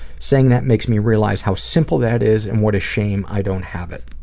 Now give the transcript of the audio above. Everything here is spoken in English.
saying that makes me realize how simple that is and what a shame i don't have it.